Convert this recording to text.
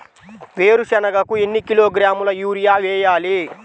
వేరుశనగకు ఎన్ని కిలోగ్రాముల యూరియా వేయాలి?